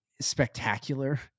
spectacular